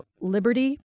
liberty